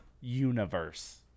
Universe